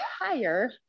higher